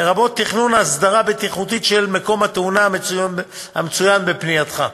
לרבות תכנון הסדרה בטיחותית של מקום התאונה המצוין בפנייתך.